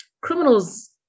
criminals